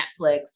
Netflix